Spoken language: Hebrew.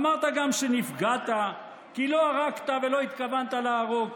אמרת גם שנפגעת, כי לא ערקת ולא התכוונת לערוק.